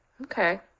Okay